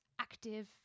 active